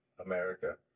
America